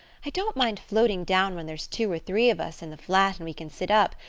i don't mind floating down when there's two or three of us in the flat and we can sit up.